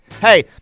Hey